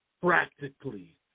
practically